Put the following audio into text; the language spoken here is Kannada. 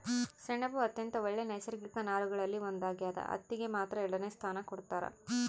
ಸೆಣಬು ಅತ್ಯಂತ ಒಳ್ಳೆ ನೈಸರ್ಗಿಕ ನಾರುಗಳಲ್ಲಿ ಒಂದಾಗ್ಯದ ಹತ್ತಿಗೆ ಮಾತ್ರ ಎರಡನೆ ಸ್ಥಾನ ಕೊಡ್ತಾರ